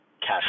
cash